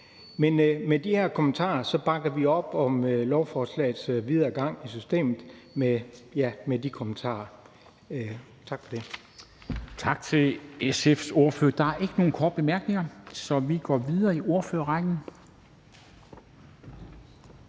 Men med de her kommentarer bakker vi op om lovforslagets videre gang i systemet. Tak. Kl. 14:03 Formanden (Henrik Dam Kristensen): Tak til SF's ordfører. Der er ikke nogen korte bemærkninger, så vi går videre i ordførerrækken